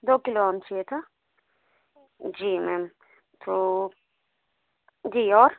दो किलो आम चाहिए था जी मैम तो जी और